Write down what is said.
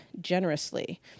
generously